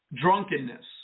Drunkenness